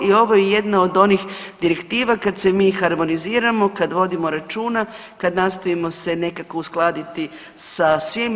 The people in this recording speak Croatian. I ovo je jedna od onih direktiva kad se mi harmoniziramo, kad vodimo računa, kad nastojimo se nekako uskladiti sa svim.